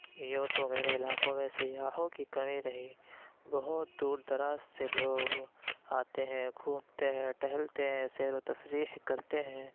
یوں تو میرے علاقوں میں سیاحوں کی کمی نہیں بہت دور دراز سے لوگ آتے ہیں گھومتے ہیں ٹہلتے ہیں سیر و تفریح کرتے ہیں